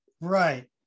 right